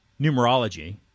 numerology